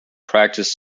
practice